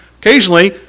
Occasionally